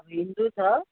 अब हिन्दू छ